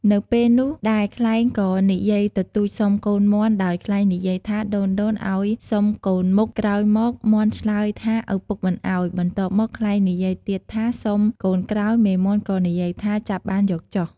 នៅពេលនោះដែលខ្លែងក៏និយាយទទូចសុំកូនមាន់ដោយខ្លែងនិយាយថាដូនៗឱ្យសុំកូនមុខ ក្រោយមកមាន់ឆ្លើយថាឪពុកមិនឱ្យ បន្ទាប់មកខ្លែងនិយាយទៀតថាសុំកូនក្រោយ មេមាន់ក៏និយាយថា ចាប់បានយកចុះ។